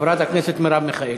חברת הכנסת מרב מיכאלי.